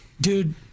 Dude